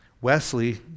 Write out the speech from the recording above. Wesley